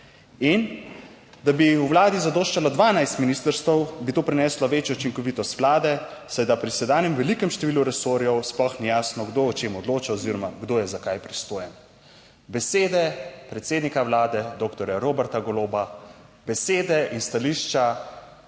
in da bi v vladi zadoščalo 12 ministrstev, bi to prineslo večjo učinkovitost vlade, Saj da pri sedanjem velikem številu resorjev sploh ni jasno, kdo o čem odloča oziroma kdo je za kaj pristojen. Besede predsednika Vlade doktorja Roberta Goloba, besede in stališča